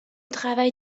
travail